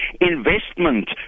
investment